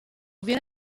viene